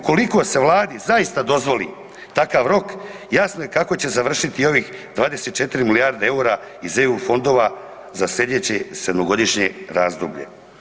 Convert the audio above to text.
Ukoliko se Vladi zaista dozvoli takav rok, jasno je kako će završiti ovih 24 milijarde eura iz EU fondova za slijedeće sedmogodišnje razdoblje.